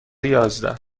یازده